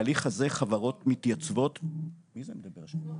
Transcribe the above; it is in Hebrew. התהליך הזה חברות מתייצבות --- החברות שמתייצבות לתוכנית